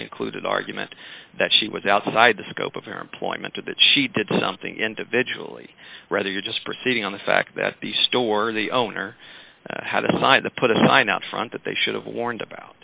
included argument that she was outside the scope of her employment or that she did something individually rather you're just proceeding on the fact that the store the owner had a sign the put a sign out front that they should have warned about